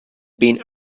been